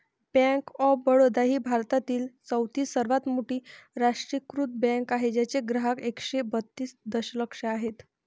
bank of Baroda ही भारतातील चौथी सर्वात मोठी राष्ट्रीयीकृत बँक आहे ज्याचे ग्राहक एकशे बत्तीस दशलक्ष आहेत